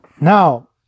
Now